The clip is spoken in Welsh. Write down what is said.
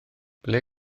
ble